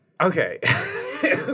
okay